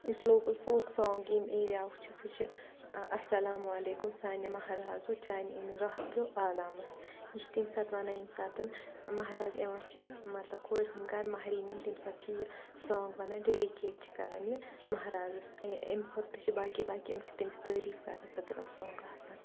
یُس local folk song ییٚمہِ ایریاہُک چھ سُہ چھِ اَسَلامُ علیکُم سانہِ مہرازو چانہِ اِنہٕ گاہ پیوعالَامَس یہِ چھِ تمہِ ساتہٕ وَنان ییٚمہِ ساتَن مَہراز یِوان چھِ مطلب کورِ ہُنٛد گَرٕ مَہرِن نِنہِ تمہِ ساتہٕ چھِ یہِ سانٛگ وَنان ڈیڈِکیٹ چھِ کَران یہِ مہرازَس امہِ کھۄتہٕ تہِ چھِ باقٕے باقٕے یِم چھِ تٔمِس تٲریٖف کَرنہٕ خٲطرٕ یِم سانٛگ آسان